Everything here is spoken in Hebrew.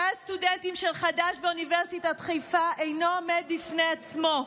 תא הסטודנטים של חד"ש באוניברסיטת חיפה אינו עומד בפני עצמו.